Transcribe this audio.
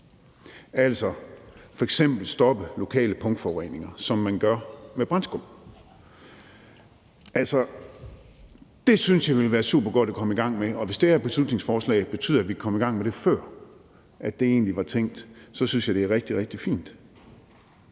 altså f.eks. at stoppe lokale punktforureninger, som man gør med brandskum. Det synes jeg ville være supergodt at komme i gang med, og hvis det her beslutningsforslag betyder, at vi kan komme i gang med det, før det egentlig var tænkt, så synes jeg, det er rigtig, rigtig fint.